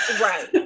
right